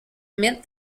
mint